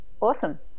Awesome